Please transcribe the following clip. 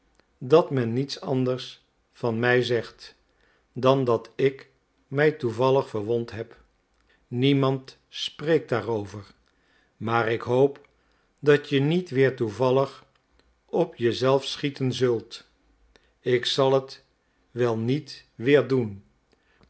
dat men niets anders van mij zegt dan dat ik mij toevallig verwond heb niemand spreekt daarover maar ik hoop dat je niet weer toevallig op je zelf schieten zult ik zal het wel niet weer doen